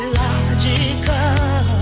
logical